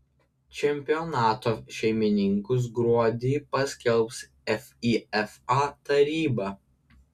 čempionato šeimininkus gruodį paskelbs fifa taryba